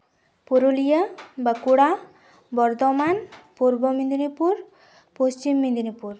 Purulia Bankura Bardhaman Purba Medinipur Paschim Medinipur